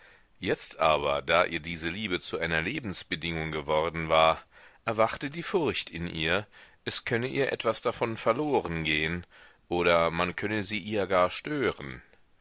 jetzt aber da ihr diese liebe zu einer lebensbedingung geworden war erwachte die furcht in ihr es könne ihr etwas davon verloren gehen oder man könne sie ihr gar stören